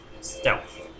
stealth